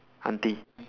aunty